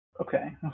Okay